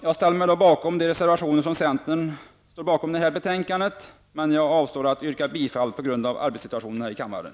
Jag ställer mig bakom de reservationer som centerledamöterna står för i betänkandet, men jag avstår från att yrka bifall på grund av arbetssituationen i kammaren.